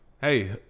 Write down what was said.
hey